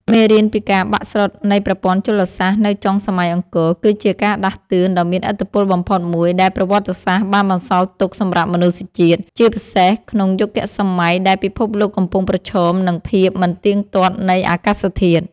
មេរៀនពីការបាក់ស្រុតនៃប្រព័ន្ធជលសាស្ត្រនៅចុងសម័យអង្គរ គឺជាការដាស់តឿនដ៏មានឥទ្ធិពលបំផុតមួយដែលប្រវត្តិសាស្ត្របានបន្សល់ទុកសម្រាប់មនុស្សជាតិ ជាពិសេសក្នុងយុគសម័យដែលពិភពលោកកំពុងប្រឈមនឹងភាពមិនទៀងទាត់នៃអាកាសធាតុ។